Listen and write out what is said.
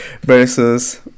versus